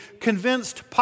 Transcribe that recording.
convinced